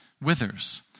withers